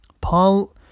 Paul